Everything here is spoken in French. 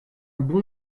bon